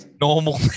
normal